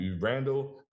Randall